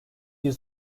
bir